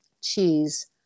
cheese